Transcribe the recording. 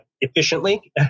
efficiently